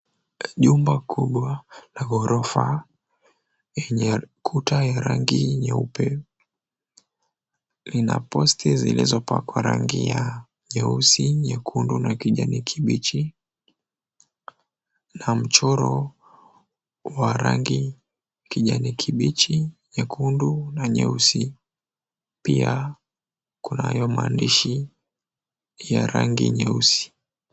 Jumba kubwa la ghorofa yenye kuta ya rangi nyeupe ina posti zilizopakwa rangi ya nyeusi, nyekundu na ya kijani kibichi na mchoro wa rangi kijani kibichi, nyekundu na nyeusi. Pia kunayo mahandishi ya rangi nyeusi.